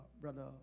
Brother